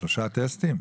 --- שלושה טסטים?